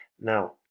Now